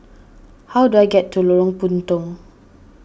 how do I get to Lorong Puntong